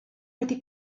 wedi